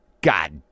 God